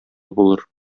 булыр